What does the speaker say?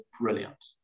brilliant